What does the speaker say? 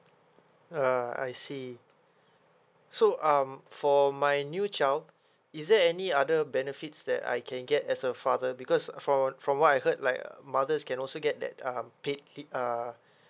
ah I see so um for my new child is there any other benefits that I can get as a father because from from what I heard like uh mothers can also get that um paid leave uh